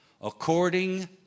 according